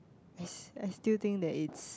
it's I still think that it's